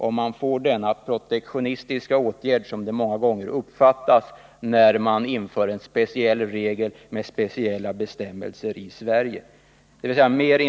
Om vi i Sverige inför särskilda bestämmelser uppfattas det av många som en protektionistisk åtgärd.